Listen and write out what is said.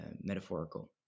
metaphorical